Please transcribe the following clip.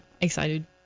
excited